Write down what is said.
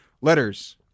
Letters